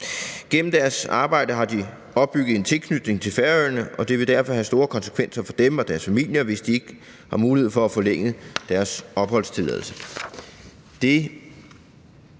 Gennem deres arbejde har de opbygget en tilknytning til Færøerne, og det vil derfor have store konsekvenser for dem og deres familier, hvis de ikke har mulighed for at forlænge deres opholdstilladelse.